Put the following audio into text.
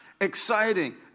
exciting